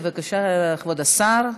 בבקשה, כבוד השר,